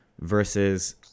versus